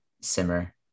Simmer